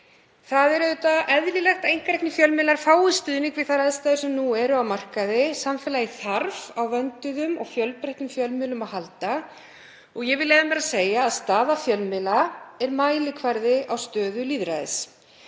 Það er auðvitað eðlilegt að einkareknir fjölmiðlar fái stuðning við þær aðstæður sem nú eru á markaði. Samfélagið þarf á vönduðum og fjölbreyttum fjölmiðlum að halda og ég vil leyfa mér að segja að staða fjölmiðla sé mælikvarði á stöðu lýðræðis.